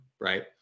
right